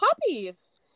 puppies